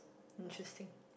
interesting